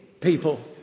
people